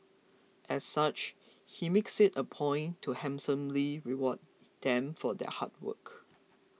as such he makes it a point to handsomely reward them for their hard work